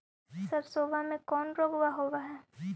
सरसोबा मे कौन रोग्बा होबय है?